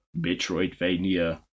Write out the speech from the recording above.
Metroidvania